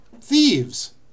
thieves